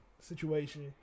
situation